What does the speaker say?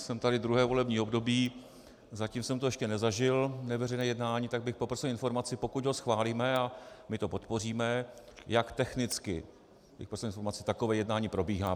Jsem tady druhé volební období, zatím jsem to ještě nezažil, neveřejné jednání, tak bych poprosil o informaci, pokud ho schválíme, a my to podpoříme, jak technicky takové jednání probíhá.